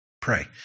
Pray